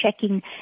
checking